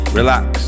relax